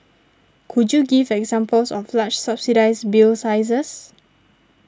could you give examples of large subsidised bill sizes